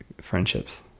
friendships